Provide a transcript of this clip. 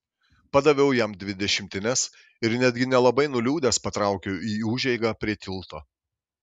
padaviau jam dvi dešimtines ir netgi nelabai nuliūdęs patraukiau į užeigą prie tilto